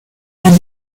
and